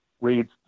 reads